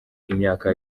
imyaka